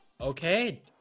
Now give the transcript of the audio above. Okay